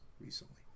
recently